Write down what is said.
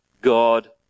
God